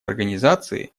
организации